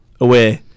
away